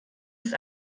ist